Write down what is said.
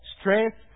strength